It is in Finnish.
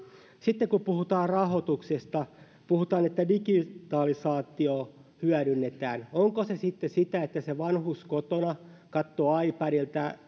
sitten kun puhutaan rahoituksesta puhutaan että digitalisaatiota hyödynnetään onko se sitten sitä että se vanhus kotona katsoo ipadilta